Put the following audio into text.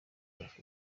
tuff